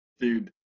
Dude